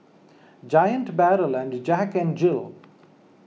Giant Barrel and Jack N Jill